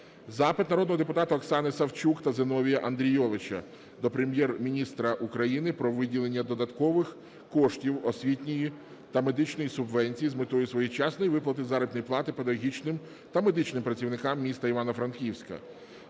Запит народного депутата Оксани Савчук та Зіновія Андрійовича до Прем'єр-міністра України про виділення додаткових коштів освітньої та медичної субвенцій з метою своєчасної виплати заробітної плати педагогічним та медичним працівникам міста Івано-Франківська.